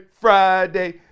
Friday